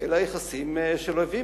אלא יחסים של אויבים.